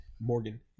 morgan